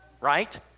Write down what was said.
right